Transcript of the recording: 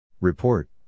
Report